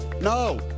No